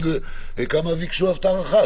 כמה ביקשו אז את ההארכה?